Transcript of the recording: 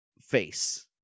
face